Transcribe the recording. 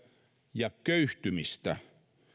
ja köyhtymistä